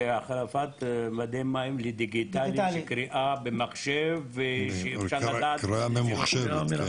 זה החלפת מדי מים דיגיטליים של קריאה במחשב --- קריאה ממוחשבת.